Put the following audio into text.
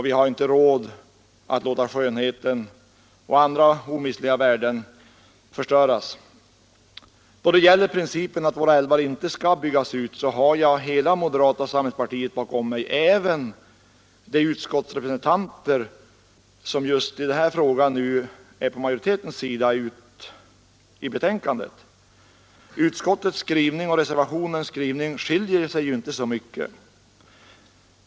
Vi har inte råd att låta skönheten och andra omistliga värden förstöras. Då det gäller principen att våra älvar inte skall byggas ut har jag hela moderata samlingspartiet bakom mig, även de utskottsrepresentanter som just i denna fråga är på majoritetens sida i betänkandet. Utskottets och reservationens skrivningar skiljer sig inte så mycket.